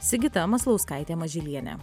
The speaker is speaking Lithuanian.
sigita maslauskaitė mažylienė